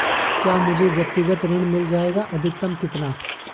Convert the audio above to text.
क्या मुझे व्यक्तिगत ऋण मिल जायेगा अधिकतम कितना?